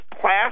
class